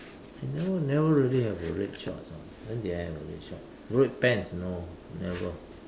I never never really have a red shorts orh when did I have a red short red pants no never